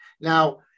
Now